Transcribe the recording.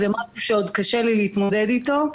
זה משהו שעוד קשה לי להתמודד איתו.